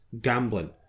gambling